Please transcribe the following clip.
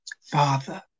father